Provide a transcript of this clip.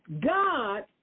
God